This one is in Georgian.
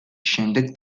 შემდეგ